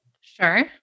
sure